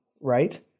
right